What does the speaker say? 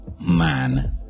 man